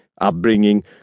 upbringing